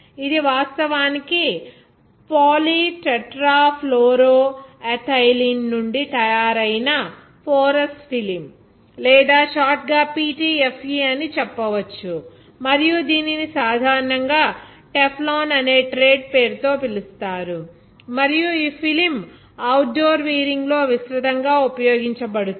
ఇది వాస్తవానికి పాలిటెట్రాఫ్లోరోఎథైలీన్ నుండి తయారైన పోరస్ ఫిల్మ్ లేదా షార్ట్ గా PTFE అని చెప్పవచ్చు మరియు దీనిని సాధారణంగా టెఫ్లాన్ అనే ట్రేడ్ పేరుతో పిలుస్తారు మరియు ఈ ఫిల్మ్ ఔట్డోర్ వీరింగ్ లో విస్తృతంగా ఉపయోగించబడుతుంది